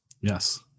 Yes